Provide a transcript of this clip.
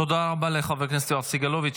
תודה רבה לחבר הכנסת יואב סגלוביץ'.